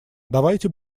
давайте